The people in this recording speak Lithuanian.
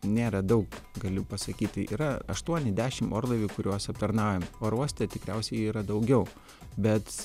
nėra daug galiu pasakyti yra aštuoni dešim orlaivių kuriuos aptarnaujam oro uoste tikriausiai yra daugiau bet